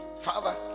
father